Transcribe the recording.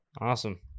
Awesome